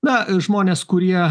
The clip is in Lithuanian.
na žmonės kurie